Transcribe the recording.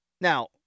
Now